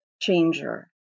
changer